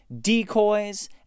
decoys